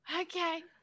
Okay